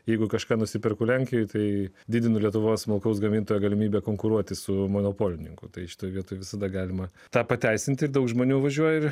jeigu kažką nusiperku lenkijoje tai didina lietuvos smulkaus gamintojo galimybę konkuruoti su monopolininku tai šitoje vietoj visada galima tą pateisinti ir daug žmonių važiuoja ir